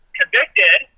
convicted